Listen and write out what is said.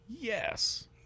Yes